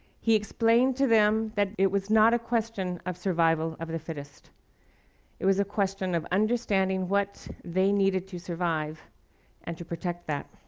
he explained to them that it was not a question of survival of the fittest it was a question of understanding what they needed to survive and to protect that.